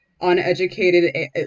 uneducated